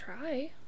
try